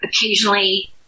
occasionally